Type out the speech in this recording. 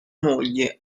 moglie